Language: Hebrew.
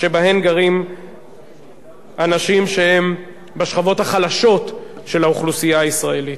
שבהן גרים אנשים שהם בשכבות החלשות של האוכלוסייה הישראלית.